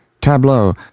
Tableau